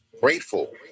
Grateful